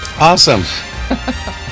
Awesome